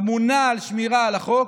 האמונה על שמירה על החוק,